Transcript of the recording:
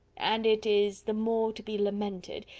and it is the more to be lamented,